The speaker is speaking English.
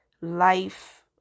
life